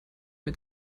mit